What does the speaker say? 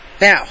Now